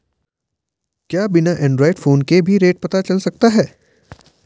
क्या बिना Android phone के भी रेट पता चल सकता है?